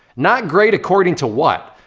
not great, according to what?